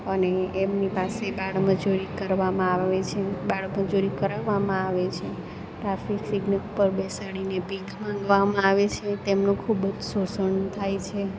અને એમની પાસે બાળમજૂરી કરવામાં આવે છે બાળમજૂરી કરાવવામાં આવે છે ટ્રાફિક સિગ્નલ ઉપર બેસાડીને ભીખ માંગવામાં આવે છે તેમનો ખૂબ જ શોષણ થાય છે